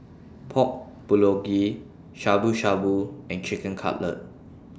Pork Bulgogi Shabu Shabu and Chicken Cutlet